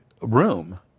room